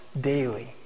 daily